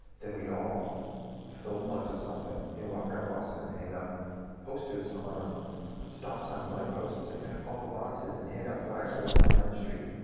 then we'd all film it with something, and walk around boston and hang up posters on stop signs and light posts and yeah all the boxes, and hand out fliers walking down the street.